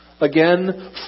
Again